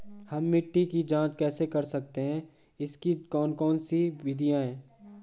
हम मिट्टी की जांच कैसे करते हैं इसकी कौन कौन सी विधियाँ है?